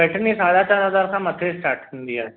पेटनी साढा चारि हज़ार खां मथे स्टार्ट थींदी आहे